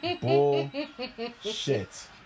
Bullshit